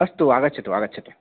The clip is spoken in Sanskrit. अस्तु आगच्छतु आगच्छतु